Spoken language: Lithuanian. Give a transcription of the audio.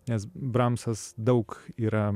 nes bramsas daug yra